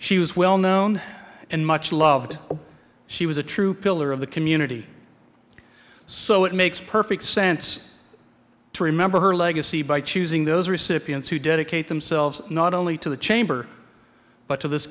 she was well known and much loved she was a true pillar of the community so it makes perfect sense to remember her legacy by choosing those recipients who dedicate themselves not only to the chamber but to this